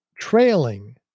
trailing